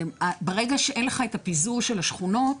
ברגע שאין לך את הפיזור של השכונות